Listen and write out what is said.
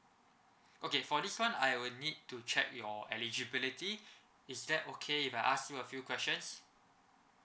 okay for this [one] I will need to check your eligibility is that okay if I ask you a few questions